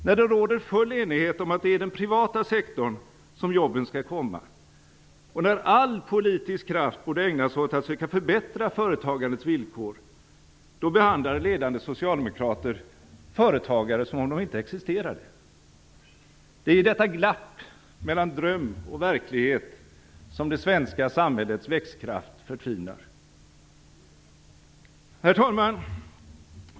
När det råder full enighet om att det är i den privata sektorn som jobben skall komma och när all politisk kraft borde ägnas åt att söka förbättra företagandets villkor, då behandlar ledande socialdemokrater företagare som om de inte existerade! Det är i detta glapp mellan dröm och verklighet som det svenska samhällets växtkraft förtvinar. Herr talman!